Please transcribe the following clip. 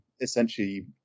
essentially